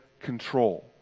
control